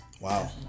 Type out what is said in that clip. Wow